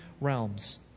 realms